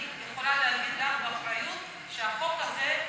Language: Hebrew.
אני יכולה להגיד גם באחריות שהחוק הזה,